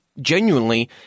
genuinely